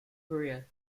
career